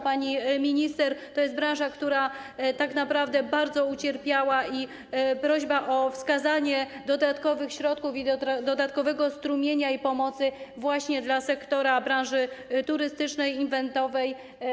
Pani minister, to jest branża, która tak naprawdę bardzo ucierpiała, stąd prośba o wskazanie dodatkowych środków i dodatkowego strumienia pomocy właśnie dla branży turystycznej, eventowej.